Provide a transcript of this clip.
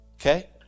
Okay